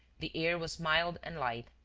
the air was mild and light.